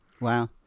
wow